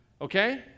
Okay